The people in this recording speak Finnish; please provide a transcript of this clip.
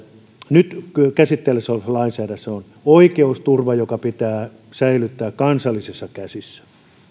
nyt käsittelyssä olevassa lainsäädännössä on oikeusturva joka pitää säilyttää kansallisissa käsissä